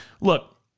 look